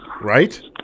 Right